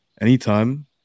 anytime